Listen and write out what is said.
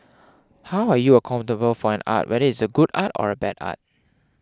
how are you accountable for an art whether is it good art or bad art